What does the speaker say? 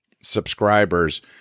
subscribers